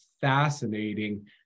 fascinating